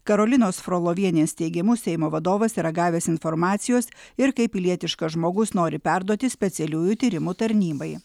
karolinos frolovienės teigimu seimo vadovas yra gavęs informacijos ir kaip pilietiškas žmogus nori perduoti specialiųjų tyrimų tarnybai